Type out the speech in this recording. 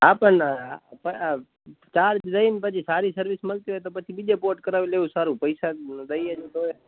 હા પણ ચાર્જ લઈને પછી સારી સર્વિસ મળતી હોય તો પછી બીજે પોર્ટ કરાવી લેવું સારું પૈસા દઇએ ને તોય